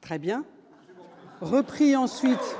Très bien repris ensuite.